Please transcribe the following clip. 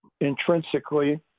intrinsically